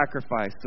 sacrifice